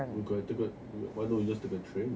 you can take the why don't you just take the train